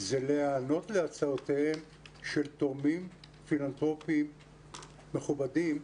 זה להיענות להצעותיהם של תורמים פילנתרופיים מכובדים,